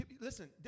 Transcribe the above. Listen